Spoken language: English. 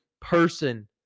person